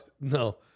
No